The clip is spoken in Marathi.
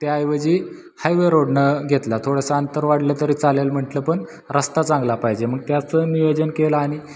त्याऐवजी हायवे रोडनं घेतला थोडंसं अंतर वाढलं तरी चालेल म्हटलं पण रस्ता चांगला पाहिजे मग त्याचं नियोजन केलं आणि